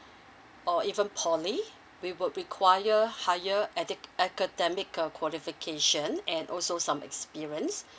or even poly we will require higher edu~ academic uh qualification and also some experience